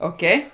Okay